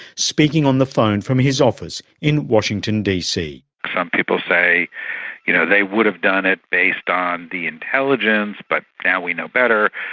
speaking on the phone from his office in washington dc. some people say you know they would have done it based on the intelligence, but now we know better.